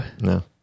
no